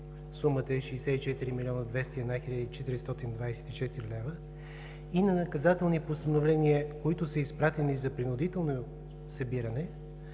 сумата е 64 201 424 лв., а на наказателни постановления, които са изпратени за принудително събиране